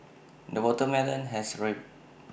the watermelon has ripe